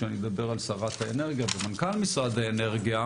כשאני מדבר על שרת האנרגיה ומנכ"ל משרד האנרגיה,